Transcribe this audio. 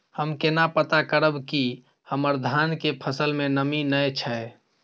हम केना पता करब की हमर धान के फसल में नमी नय छै?